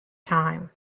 time